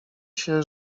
się